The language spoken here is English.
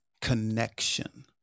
connection